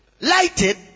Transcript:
lighted